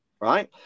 Right